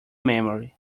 memory